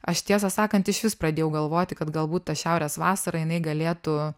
aš tiesą sakant išvis pradėjau galvoti kad galbūt ta šiaurės vasara jinai galėtų